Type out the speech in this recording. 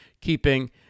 keeping